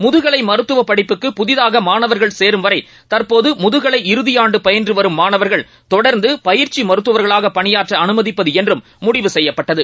முதுகலைமுத்துவப் படிப்புக்கு புதிதாகமாணவர்கள் சேரும் வரைதற்போதுமுதுகலை இறதியான்டுபயின்றுவரும் மாணவர்கள் தொடர்ந்துபயிற்சிமருத்துவர்களாகபனியாற்றஅனுமதிப்பதுஎன்றும் முடிவு செய்யப்பட்டது